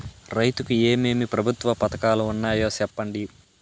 రైతుకు ఏమేమి ప్రభుత్వ పథకాలు ఉన్నాయో సెప్పండి?